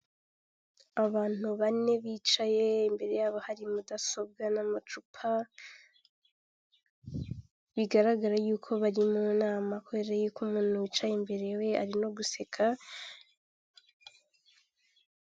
Abantu bane bicaye, imbere yabo hari mudasobwa n'amacupa, bigaragara yuko bari mu nama, kubera ko umuntu wicaye imbere we arimo guseka.